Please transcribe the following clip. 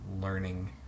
learning